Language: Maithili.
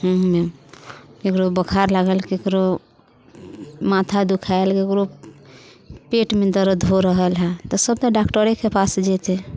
केकरो बोखार लागल केकरो माथा दुखायल केकरो पेटमे दरद हो रहल हय तऽ सब तऽ डॉक्टरेके पास जेतै